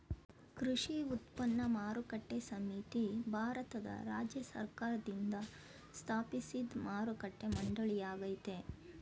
ಕೃಷಿ ಉತ್ಪನ್ನ ಮಾರುಕಟ್ಟೆ ಸಮಿತಿ ಭಾರತದ ರಾಜ್ಯ ಸರ್ಕಾರ್ದಿಂದ ಸ್ಥಾಪಿಸಿದ್ ಮಾರುಕಟ್ಟೆ ಮಂಡಳಿಯಾಗಯ್ತೆ